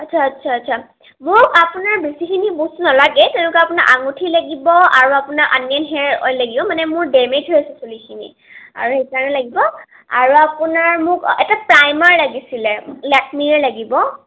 আচ্ছা আচ্ছা আচ্ছা মোক আপোনাৰ বেছিখিনি বস্তু নালাগে তেনেকুৱা আপোনাৰ আঙুঠি লাগিব আৰু আপোনাৰ আনিয়ন হেয়াৰ অইল লাগিব মানে মোৰ দেমেজ হৈছে চুলিখিনি আৰু সেইকাৰণে লাগিব আৰু আপোনাৰ মোক এটা প্ৰাইমাৰ লাগিছিলে লেকমিৰে লাগিব